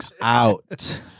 out